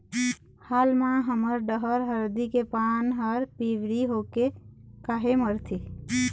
हाल मा हमर डहर हरदी के पान हर पिवरी होके काहे मरथे?